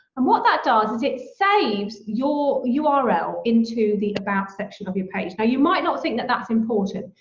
and what that does is it saves your ah url into the about section of your page. now you might not think that that's important,